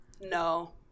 No